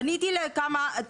פניתי לכמה,